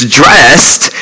dressed